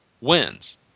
wins